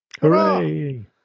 Hooray